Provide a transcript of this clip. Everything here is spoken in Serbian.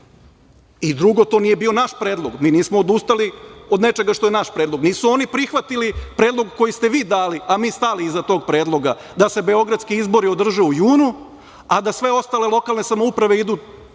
i, drugo, to nije bio naš predlog. Mi nismo odustali od nečega što je naš predlog. Nisu oni prihvatili predlog koji ste vi dali, a mi stali iza tog predloga da se beogradski izbori održe u junu, a da sve ostale lokalne samouprave idu